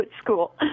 school